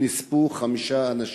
נספו חמישה אנשים,